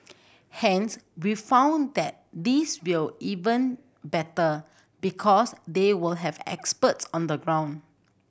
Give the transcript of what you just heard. hence we found that this will even better because they will have experts on the ground